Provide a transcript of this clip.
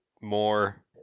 more